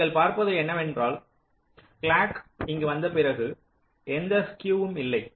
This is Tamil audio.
நீங்கள் பார்பது என்னவென்றால் கிளாக் இங்கு வந்த பிறகு எந்த ஸ்கியூவும் இல்லை